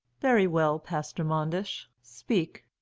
very well, pastor manders. speak.